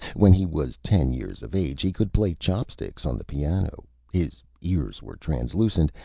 when he was ten years of age he could play chop-sticks on the piano his ears were translucent,